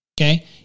okay